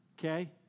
Okay